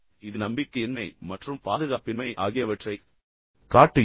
எனவே இது நம்பிக்கையின்மை மற்றும் பாதுகாப்பின்மை ஆகியவற்றைக் காட்டுகிறது